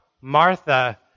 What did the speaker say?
Martha